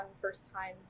first-time